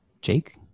Jake